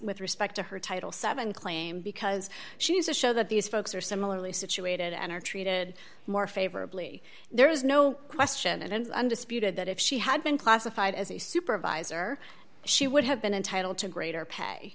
with respect to her title seven claim because she's a show that these folks are similarly situated and are treated more favorably there is no question it is undisputed that if she had been classified as a supervisor she would have been entitled to greater pay